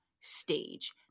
stage